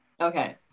Okay